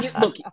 Look